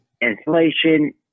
inflation